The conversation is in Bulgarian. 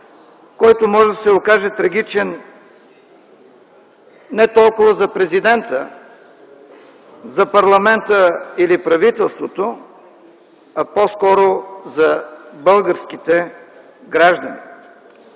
който може да се окаже трагичен не толкова за президента, за парламента или правителството, а по-скоро за българските граждани.